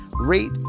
rate